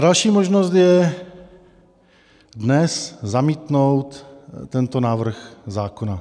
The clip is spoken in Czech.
Další možnost je dnes zamítnout tento návrh zákona.